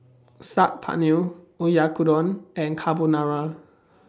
Saag Paneer Oyakodon and Carbonara